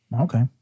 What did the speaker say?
Okay